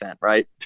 right